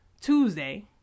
Tuesday